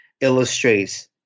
illustrates